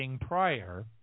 prior